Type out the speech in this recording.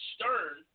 Stern